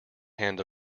hand